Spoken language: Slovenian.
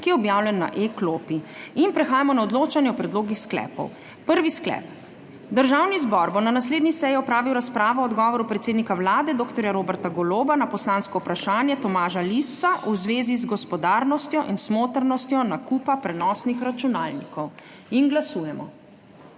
ki je objavljen na e-klopi. Prehajamo na odločanje o predlogih sklepov. Prvi sklep: Državni zbor bo na naslednji seji opravil razpravo o odgovoru predsednika Vlade dr. Roberta Goloba na poslansko vprašanje Tomaža Lisca v zvezi z gospodarnostjo in smotrnostjo nakupa prenosnih računalnikov. Glasujemo.